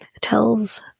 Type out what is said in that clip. tells